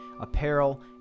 apparel